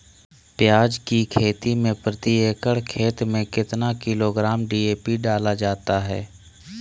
प्याज की खेती में प्रति एकड़ खेत में कितना किलोग्राम डी.ए.पी डाला जाता है?